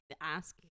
ask